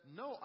no